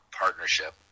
partnership